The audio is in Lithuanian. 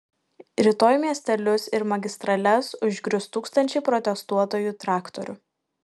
rytoj miestelius ir magistrales užgrius tūkstančiai protestuotojų traktorių